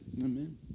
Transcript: Amen